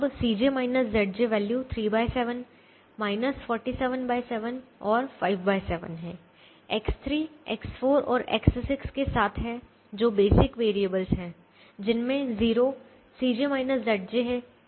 अब वैल्यू 37 477 और 57 है X3 X4 और X6 के साथ हैं जो कि बेसिक वेरिएबल हैं जिनमें 0 हैं